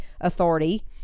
authority